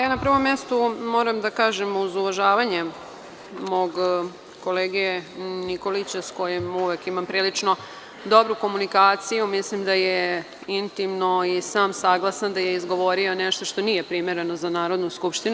Ja na prvom mestu moram da kažem, uz uvažavanje mog kolege Nikolića, s kojim uvek imam prilično dobru komunikaciju, mislim da je intimno i sam saglasan da je izgovorio nešto što nije primereno za Narodnu skupštinu.